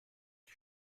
die